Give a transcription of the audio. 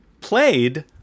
played